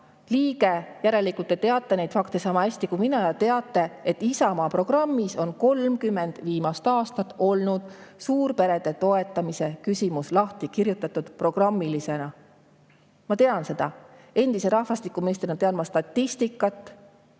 liige. Järelikult te teate neid fakte sama hästi kui mina ja teate, et Isamaa programmis on 30 viimast aastat olnud suurperede toetamise küsimus programmilisena lahti kirjutatud. Ma tean seda. Endise rahvastikuministrina tean ma statistikat,